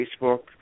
Facebook